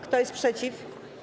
Kto jest przeciw?